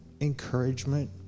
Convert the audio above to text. encouragement